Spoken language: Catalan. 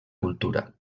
cultura